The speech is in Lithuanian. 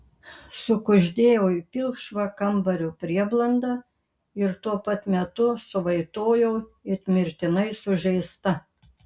sukuždėjau į pilkšvą kambario prieblandą ir tuo pat metu suvaitojau it mirtinai sužeista